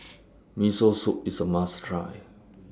Miso Soup IS A must Try